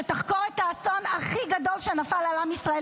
שתחקור את האסון הכי גדול שנפל על עם ישראל